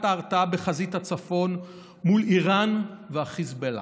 ההרתעה בחזית הצפון מול איראן והחיזבאללה.